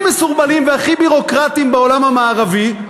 מסורבלים והכי ביורוקרטיים בעולם המערבי.